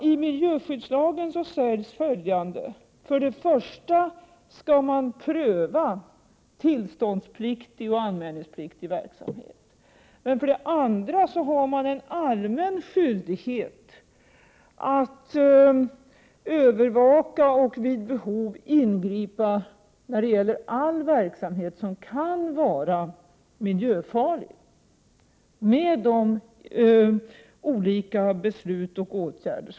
I miljöskyddslagen sägs följande: För det första skall man pröva tillståndspliktig och anmälningspliktig verksamhet. För det andra har man en allmän skyldighet att övervaka all verksamhet som kan vara miljöfarlig och vid behov ingripa med olika beslut och åtgärder.